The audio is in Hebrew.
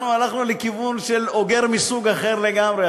אנחנו הלכנו לכיוון של אוגר מסוג אחר לגמרי,